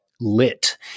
lit